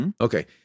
Okay